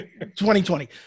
2020